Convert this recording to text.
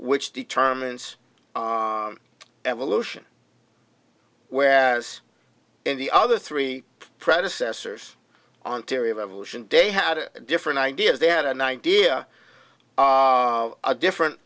which determines evolution whereas in the other three predecessors on theory of evolution day had different ideas they had an idea of a different